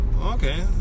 okay